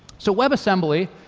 so webassembly,